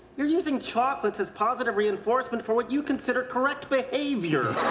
you're using chocolates as positive reinforcement for what you consider correct behavior.